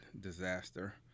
disaster